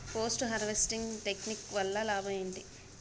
Post harvesting technique వల్ల లాభం ఏంటి?